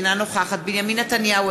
אינה נוכחת בנימין נתניהו,